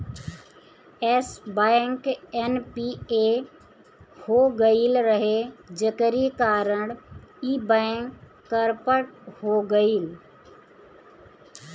Yes Bank NPA हो गईल रहे जेकरी कारण इ बैंक करप्ट हो गईल